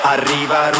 Arriva